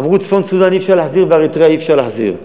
אמרו: לצפון-סודאן אי-אפשר להחזיר ולאריתריאה אי-אפשר להחזיר.